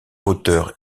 auteur